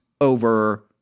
over